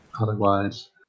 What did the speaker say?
Otherwise